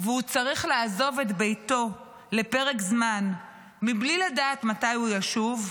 והוא צריך לעזוב את ביתו לפרק זמן מבלי לדעת מתי הוא ישוב,